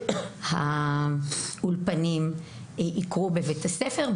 האולפנים יקרו בבית הספר.